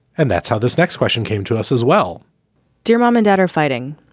and that's how this next question came to us as well dear mom and dad are fighting.